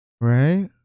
right